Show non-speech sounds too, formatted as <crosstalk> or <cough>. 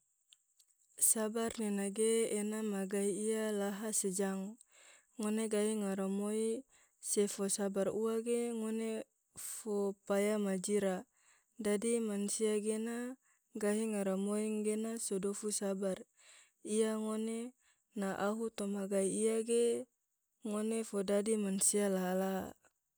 <noise> sabar nena ge ene ma gai iya laha se jang, ngone gahi ngaramoi se fo sabar ua ge ngone fo paya majira, dadi mansia gena gahi ngaramoi engena so dofu sabar, ia ngone na ahu toma gai iya ge ngone fo dadi mansia laha-laha. <noise>